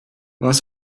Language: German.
was